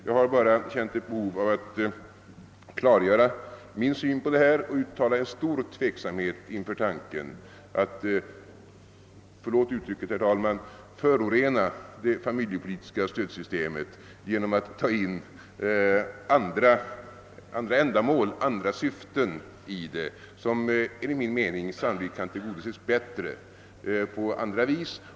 Jag har bara känt ett behov av att klargöra min syn på detta och uttala min stora tveksamhet inför tanken att — förlåt uttrycket, herr talman — förorena det familjepolitiska stödsystemet genom att ta in andra syften i det, vilka enligt min mening sannolikt kan tillgodoses bättre på andra vis.